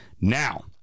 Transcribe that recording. now